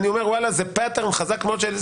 אז אני אומר: זה דפוס חזק מסוים,